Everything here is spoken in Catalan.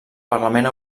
parlament